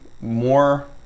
more